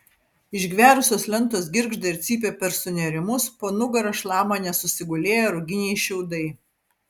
išgverusios lentos girgžda ir cypia per sunėrimus po nugara šlama nesusigulėję ruginiai šiaudai